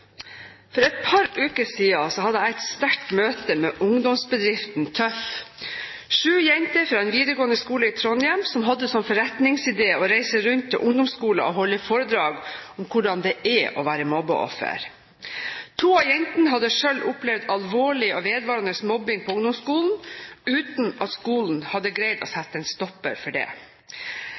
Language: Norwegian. For et par uker siden hadde jeg et sterkt møte med ungdomsbedriften TØFF, sju jenter fra en videregående skole i Trondheim som hadde som forretningsidé å reise rundt til ungdomsskoler og holde foredrag om hvordan det er å være mobbeoffer. To av jentene hadde selv opplevd alvorlig og vedvarende mobbing på ungdomsskolen, uten at skolen hadde greid å sette en stopper for det.